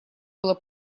было